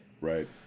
Right